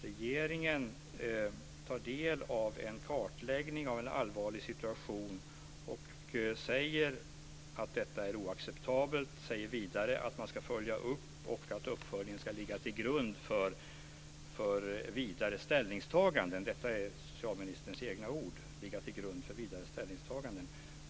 Regeringen tar del av en kartläggning av en allvarlig situation och säger att detta är oacceptabelt. Man säger att man ska följa upp och att uppföljningen ska ligga till grund för vidare ställningstaganden - det är socialministerns egna ord.